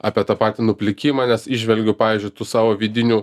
apie tą patį nuplikimą nes įžvelgiu pavyzdžiui tų savo vidinių